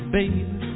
baby